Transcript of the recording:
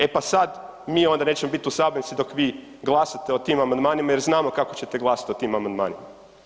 E pa sad mi onda nećemo bit u sabornici dok vi glasate o tim amandmanima jer znamo kako ćete glasat o tim amandmanima.